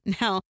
Now